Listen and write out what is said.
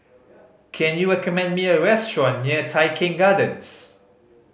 can you recommend me a restaurant near Tai Keng Gardens